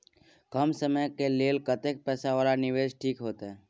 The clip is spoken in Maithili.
कम समय के लेल कतेक पैसा वाला निवेश ठीक होते?